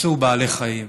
אמצו בעלי חיים,